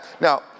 Now